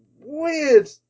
weird